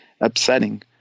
upsetting